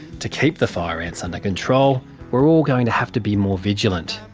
to keep the fire ants under control we're all going to have to be more vigilant.